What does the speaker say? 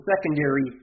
secondary